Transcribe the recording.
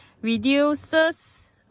Reduces